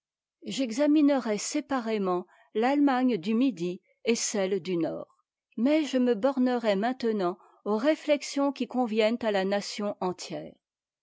j'examinerai séparément t'attémagne du midi et celle du nord mais je me bornerai maintenant aux réhexions qui conviennent à la nation entière